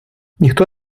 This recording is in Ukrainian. ніхто